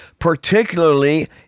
Particularly